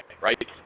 right